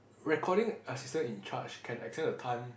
recording assistant in charge can extend the time